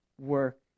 work